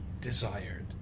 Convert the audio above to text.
desired